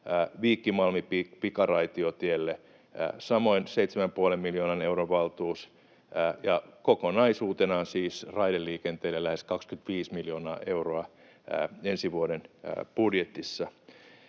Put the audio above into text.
Viikki—Malmi-pikaraitiotielle samoin seitsemän ja puolen miljoonan euron valtuus, ja kokonaisuutenaan siis raideliikenteelle lähes 25 miljoonaa euroa ensi vuoden budjetissa.